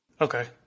Okay